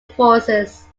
forces